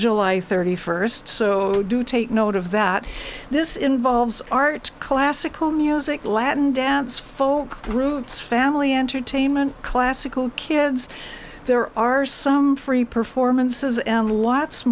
july thirty first so do take note of that this involves art classical music latin dance full groups family entertainment classical kids there are some free performances and lots